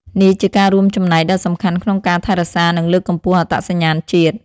នេះជាការរួមចំណែកដ៏សំខាន់ក្នុងការថែរក្សា និងលើកកម្ពស់អត្តសញ្ញាណជាតិ។